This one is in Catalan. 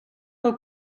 pel